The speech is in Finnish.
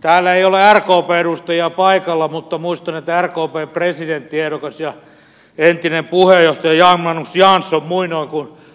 täällä ei ole rkpn edustajia paikalla mutta muistan että rkpn presidenttiehdokas ja entinen puheenjohtaja jan magnus jansson